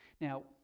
Now